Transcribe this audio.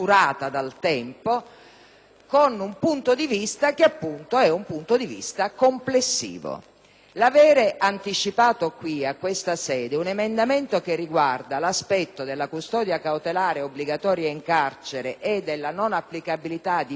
ormai certo usurata dal tempo con un punto di vista complessivo. L'avere anticipato a questa sede un emendamento riguardante l'aspetto della custodia cautelare obbligatoria in carcere e della non applicabilità di parti della legge Gozzini